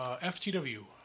F-T-W